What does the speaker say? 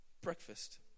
breakfast